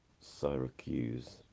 Syracuse